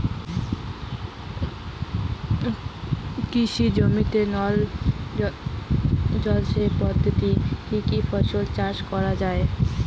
কৃষি জমিতে নল জলসেচ পদ্ধতিতে কী কী ফসল চাষ করা য়ায়?